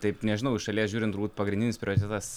taip nežinau iš šalies žiūrint turbūt pagrindinis prioritetas